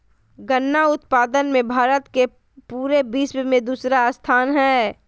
गन्ना उत्पादन मे भारत के पूरे विश्व मे दूसरा स्थान हय